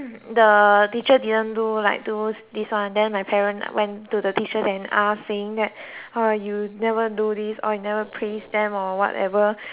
the teacher didn't do like do this one then the parent went to the teacher and ask saying that uh you never do this or you never praise them or whatever